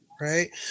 right